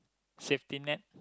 safety net